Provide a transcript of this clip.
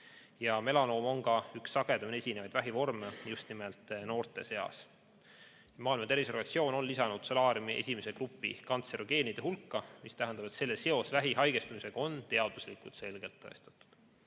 Melanoom on üks sagedamini esinevaid vähivorme just nimelt noorte seas. Maailma Terviseorganisatsioon on lisanud solaariumi esimese grupi kantserogeenide hulka, mis tähendab, et selle seos vähki haigestumisega on teaduslikult selgelt tõestatud.